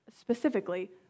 specifically